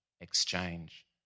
exchange